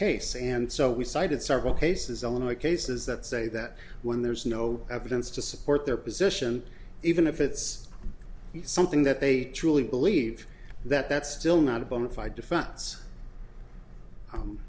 case and so we cited several cases all of the cases that say that when there is no evidence to support their position even if it's something that they truly believe that that's still not a bona fide defense